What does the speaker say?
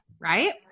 right